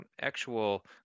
actual